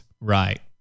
Right